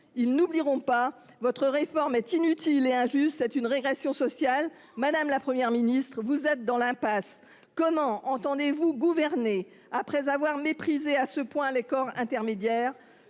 ils n'oublieront pas. Votre réforme est inutile et injuste, c'est une régression sociale. Madame la Première ministre, vous êtes dans l'impasse. Comment entendez-vous gouverner après avoir méprisé à ce point les corps intermédiaires ?